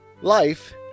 Life